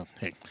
hey